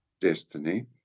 destiny